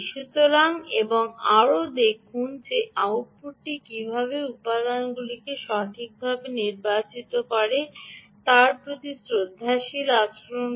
সুতরাং এবং আরও দেখুন যে আউটপুট কীভাবে উপাদানগুলি সঠিকভাবে নির্বাচিত হয়েছে তার প্রতি শ্রদ্ধাশীল আচরণ করে